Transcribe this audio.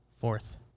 Fourth